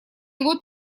его